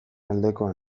aldekoa